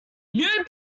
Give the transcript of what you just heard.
new